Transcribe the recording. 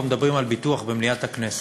אם כבר מדברים על ביטוח במליאת הכנסת,